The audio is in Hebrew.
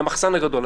רק אז הפקירו אותה,